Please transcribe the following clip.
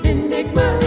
Enigma